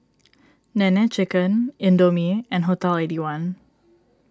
Nene Chicken Indomie and Hotel Eighty One